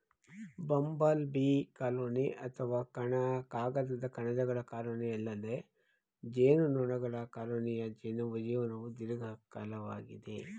bumble bee colony ಅಥವಾ ಕಾಗದ ಕಣಜಗಳ ಕಾಲೋನಿಯಲ್ಲದೆ ಜೇನುನೊಣಗಳ ಕಾಲೋನಿಯ ಜೀವನವು ದೀರ್ಘಕಾಲಿಕವಾಗಿದೆ